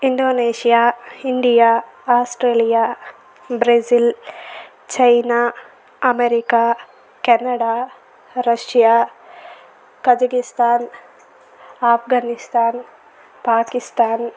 Indonesia India Australia Brazil China America Canada Russia Kazakhstan Afghanistan Pakistan